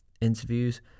interviews